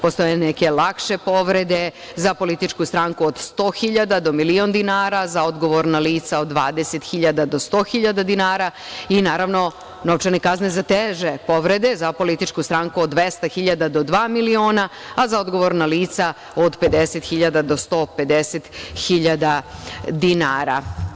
Postoje neke lakše povrede za političku stranku od 100.000 do milion dinara, za odgovorna lica od 20.000 do 100.000 dinara i naravno novčane kazne za teže povrede, za političku stranku od 200.000 do dva miliona, a za odgovorna lica od 50.000 do 150.000 dinara.